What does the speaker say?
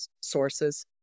sources